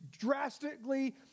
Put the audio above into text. drastically